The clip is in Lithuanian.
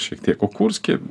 šiek tiek o kurske